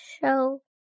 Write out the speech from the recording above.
show